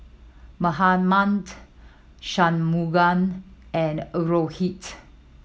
Mahatma Shunmugam and Rohit